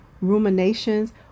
ruminations